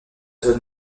zone